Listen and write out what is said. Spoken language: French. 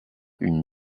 une